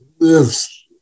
Yes